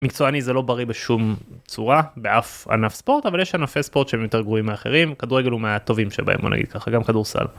מקצועני זה לא בריא בשום צורה באף ענף ספורט אבל יש ענפי ספורט שהם יותר גרועים מאחרים. כדורגל הוא מהטובים שבהם בוא נגיד ככה, גם כדורסל.